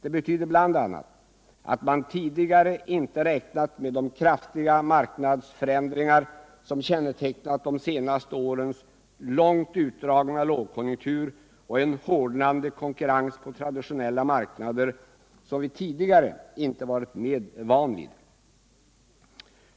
Det betyder bl.a. att man tidigare inte räknat med de kraftiga marknadsförändringar som kännetecknat de senaste årens långt utdragna lågkonjunktur och en hårdnande konkurrens på traditionella marknader som vi tidigare inte varit vana 131 vid.